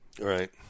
right